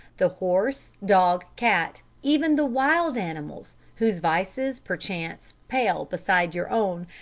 the horse, dog, cat even the wild animals, whose vices, perchance, pale beside your own,